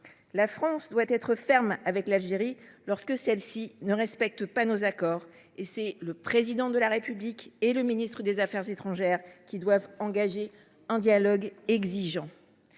La France doit être ferme avec l’Algérie lorsqu’elle ne respecte pas nos accords. Le Président de la République et le ministre des affaires étrangères doivent dès lors engager un dialogue exigeant.